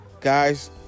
Guys